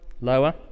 Lower